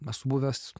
esu buvęs